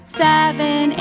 seven